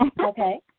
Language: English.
Okay